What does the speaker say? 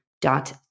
dot